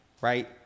right